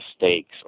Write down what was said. mistakes